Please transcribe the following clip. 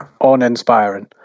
uninspiring